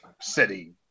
city